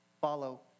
follow